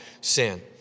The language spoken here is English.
sin